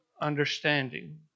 understanding